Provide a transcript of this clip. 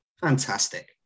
Fantastic